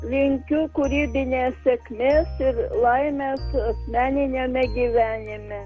linkiu kūrybinės sėkmės ir laimės asmeniniame gyvenime